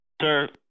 Sir